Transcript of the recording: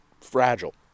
fragile